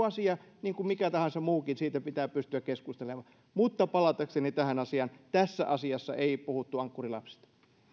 asia niin kuin mikä tahansa muukin siitä pitää pystyä keskustelemaan palatakseni tähän asiaan tässä asiassa ei puhuttu ankkurilapsista